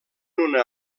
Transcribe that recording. una